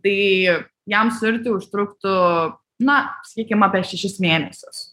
tai jam suirti užtruktų na sakykim apie šešis mėnesius